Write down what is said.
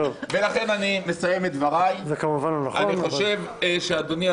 זה, כמובן, לא נכון.